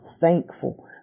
thankful